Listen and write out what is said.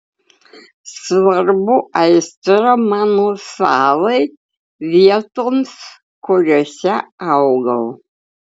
svarbu aistra mano salai vietoms kuriose augau